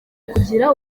kugira